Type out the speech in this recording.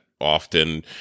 often